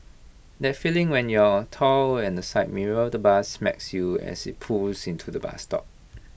that feeling when you're tall and the side mirror of the bus smacks you as IT pulls into the bus stop